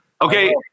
Okay